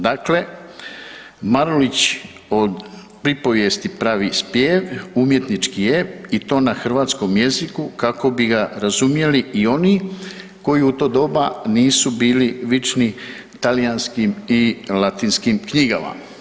Dakle, Marulić od pripovijesti pravi spjev, umjetnički ep i to na hrvatskom jeziku kako bi ga razumjeli i oni koji u to doba nisu bili vični talijanskim i latinskim knjigama.